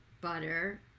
butter